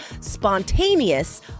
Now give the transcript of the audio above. spontaneous